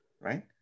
right